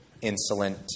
insolent